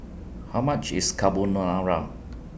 How much IS Carbonara